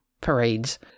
parades